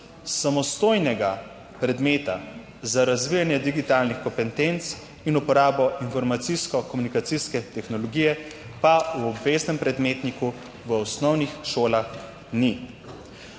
samostojnega predmeta za razvijanje digitalnih kompetenc in uporabo informacijsko-komunikacijske tehnologije pa v obveznem predmetniku v osnovnih šolah ni.